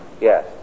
Yes